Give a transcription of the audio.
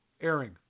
airing